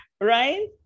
right